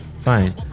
fine